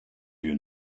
you